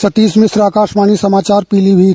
सतीश मिश्र आकाशवाणी समाचार पीलीभीत